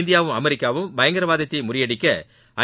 இந்தியாவும் அமெரிக்காவும் பயங்கரவாதத்தை முறியடிக்க ஐ